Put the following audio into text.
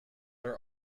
are